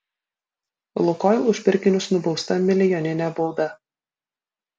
lukoil už pirkinius nubausta milijonine bauda